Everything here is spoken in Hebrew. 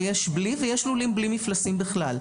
יש בלי ויש לולים בלי מפלסים בכלל.